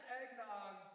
eggnog